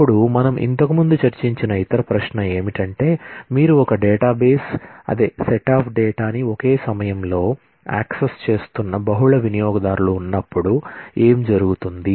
అప్పుడు మనం ఇంతకుముందు చర్చించిన ఇతర ప్రశ్న ఏమిటంటే మీరు ఒకే డేటాబేస్ అదే సెట్ అఫ్ డేటా ని ఒకే సమయంలో యాక్సెస్ చేస్తున్న బహుళ వినియోగదారులు ఉన్నపుడు ఎం జరుగుతుంది